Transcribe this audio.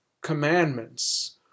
commandments